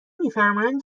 میفرمایند